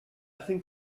think